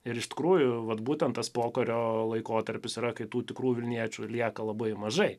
ir iš tikrųjų vat būtent tas pokario laikotarpis yra kai tų tikrų vilniečių lieka labai mažai